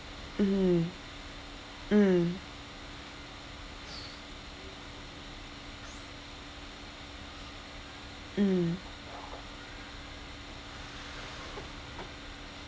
mm mm mm